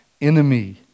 enemy